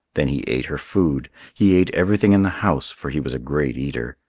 then he ate her food. he ate everything in the house, for he was a great eater.